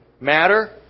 matter